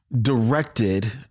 directed